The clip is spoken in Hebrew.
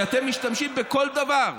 כשאתם משתמשים בכל דבר,